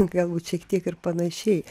galbūt šiek tiek ir panašiai